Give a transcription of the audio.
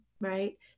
right